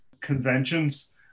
conventions